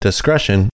Discretion